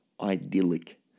idyllic